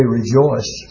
rejoice